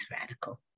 radical